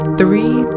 three